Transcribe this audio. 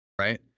right